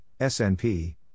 SNP